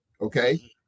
okay